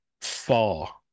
far